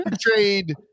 trade